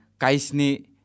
Kaisni